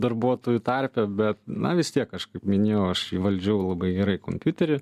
darbuotojų tarpe bet na vis tiek aš kaip minėjau aš įvaldžiau labai gerai kompiuterį